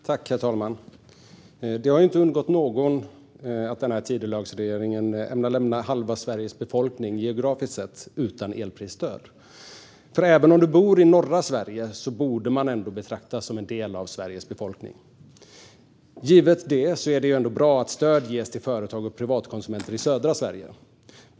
Herr talman! Det har inte undgått någon att Tidölagsregeringen ämnar lämna halva Sveriges befolkning, geografiskt sett, utan elprisstöd. Även om man bor i norra Sverige borde man betraktas som en del av Sveriges befolkning. Givet det är det ändå bra att stöd ges till företag och privatkonsumenter i södra Sverige.